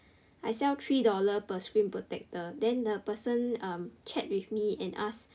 I sell three dollar per screen protector then the person err chat with me and ask